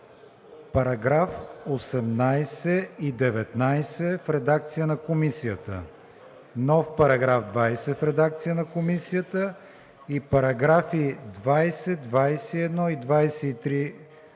на § 18 и 19 в редакция на Комисията, нов § 20 в редакция на Комисията и параграфи 20, 21 и 23